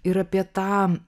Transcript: ir apie tą